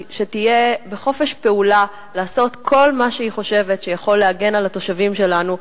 שתהיה בחופש פעולה לעשות כל מה שהיא חושבת שיכול להגן על התושבים שלנו,